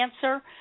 cancer